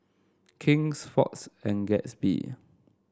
King's Fox and Gatsby